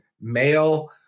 male